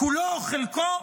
כולו או חלקו,